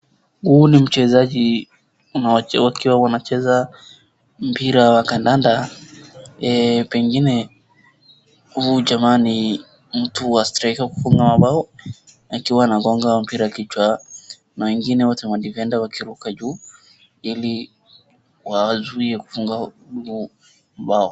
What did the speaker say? Huu ni mchezaji wakiwa wanacheza mpira wa kandanda, pengine huyu jamaa ni mtu wa striker kufunga mabao akiwa anagonga mpira kichwa na wengine wote madefender wakiruka juu ili wazuie kufunga huu bao.